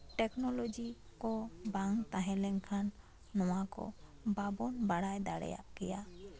technology ᱠᱚ ᱵᱟᱝ ᱛᱟᱦᱮᱸ ᱞᱮᱱᱠᱷᱟᱱ ᱱᱚᱣᱟ ᱠᱚ ᱵᱟᱵᱚᱱ ᱵᱟᱲᱟᱭ ᱫᱟᱲᱮᱭᱟᱜ ᱠᱮᱭᱟ